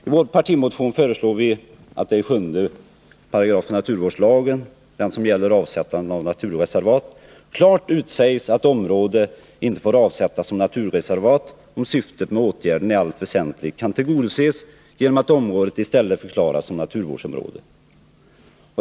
I vår partimotion föreslår vi att det i 7 § naturvårdslagen — den del som gäller avsättande av naturreservat — klart skall uttalas att område inte får avsättas som naturreservat om syftet med åtgärden i allt väsentligt kan tillgodoses genom att området i stället förklaras som naturvårdsområde.